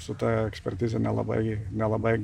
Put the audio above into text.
su ta ekspertize nelabai nelabai